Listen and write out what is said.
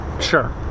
Sure